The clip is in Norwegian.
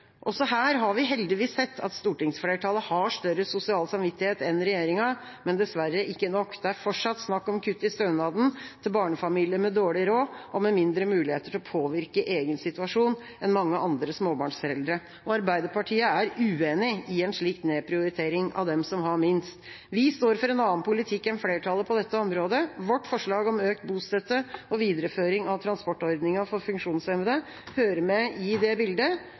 Også her har vi heldigvis sett at stortingsflertallet har større sosial samvittighet enn regjeringa, men dessverre ikke nok. Det er fortsatt snakk om kutt i stønaden til barnefamilier med dårlig råd og med mindre muligheter til å påvirke egen situasjon enn mange andre småbarnsforeldre, og Arbeiderpartiet er uenig i en slik nedprioritering av dem som har minst. Vi står for en annen politikk enn flertallet på dette området. Vårt forslag om økt bostøtte og en videreføring av transportordninga for funksjonshemmede hører med i det bildet.